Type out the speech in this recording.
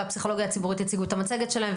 והפסיכולוגיה הציבורית יציגו את המצגת שלהם,